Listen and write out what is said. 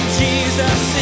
jesus